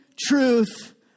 truth